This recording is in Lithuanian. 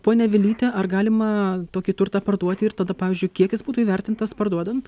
ponia vilyte ar galima tokį turtą parduoti ir tada pavyzdžiui kiek jis būtų įvertintas parduodant